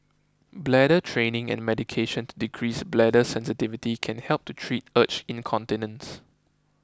bladder training and medication to decrease bladder sensitivity can help to treat urge incontinence